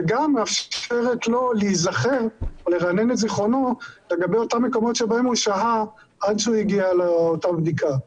וגם מאפשרת לו להיזכר באותם מקומות שבהם הוא שהה עד שהגיע לאותה בדיקה.